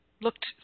looked